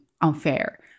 unfair